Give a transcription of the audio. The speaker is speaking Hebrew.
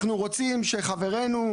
אנחנו רוצים שחברינו,